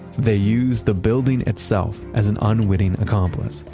they use the building itself as an unwitting accomplice.